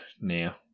now